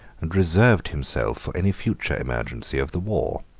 and reserved himself for any future emergency of the war.